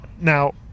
Now